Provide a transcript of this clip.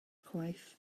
chwaith